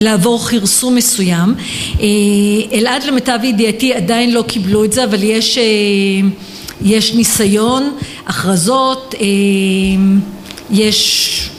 לעבור כרסום מסוים, אלעד, למיטב ידיעתי עדיין לא קיבלו את זה, אבל יש יש ניסיון, הכרזות, יש...